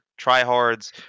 tryhards